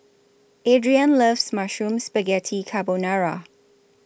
Adriene loves Mushroom Spaghetti Carbonara